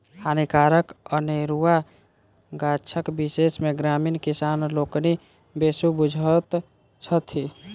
हानिकारक अनेरुआ गाछक विषय मे ग्रामीण किसान लोकनि बेसी बुझैत छथि